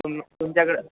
तुम तुमच्याकडं